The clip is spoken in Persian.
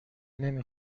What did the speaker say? نمی